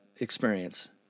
Experience